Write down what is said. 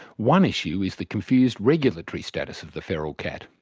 one issue is the confused regulatory status of the feral cat.